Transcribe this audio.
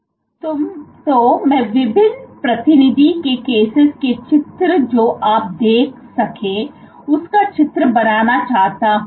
तुम मैं विभिन्न प्रतिनिधि के cases के चित्र जो आप देख सकें उसका चित्र बनाना चाहता हूं